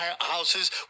houses